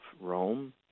Rome